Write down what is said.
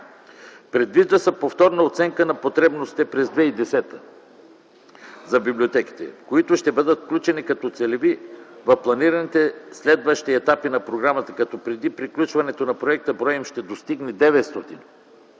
Предвижда се повторна оценка на потребностите през 2010 г. за библиотеките, които ще бъдат включени като целеви в планираните следващи етапи на програмата, като преди приключването на проекта, броят им ще достигне 900.